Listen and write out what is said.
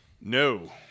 No